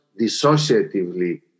dissociatively